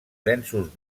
densos